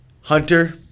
Hunter